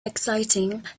exciting